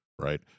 right